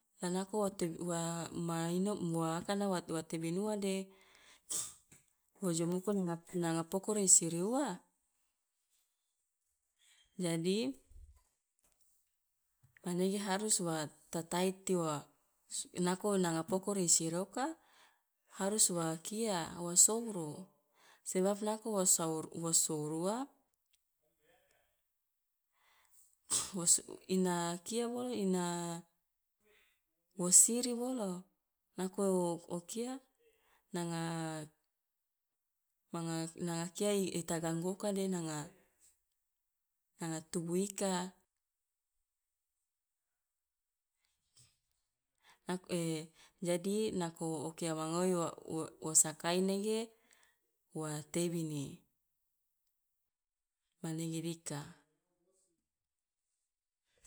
Wa nako wa teb wa ma inomo mu akana wa wa tebini ua de wo ojomoko nang nanga pokoro i siri ua jadi manege harus wa tataiti wa nako nanga pokoro i siri oka harus wa kia wa souru, sebab nako wa saur wo souru ua ina kia bolo ina wo siri bolo, nako o kia nanga manga nanga kia i ta ganggu oka de de nanga nanga tubuh ika, nak jadi nako o kia ma ngoi wo wo wo sakai nege wa tebini, manege dika.